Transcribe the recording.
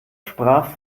sprach